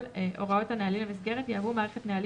יסייעו לגורם אחראי